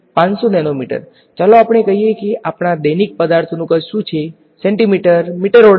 500 nanometre ચાલો આપણે કહીએ કે આપણા દૈનિક પદાર્થોનું કદ શું છે સેન્ટીમીટર મીટરના ઓર્ડરનુ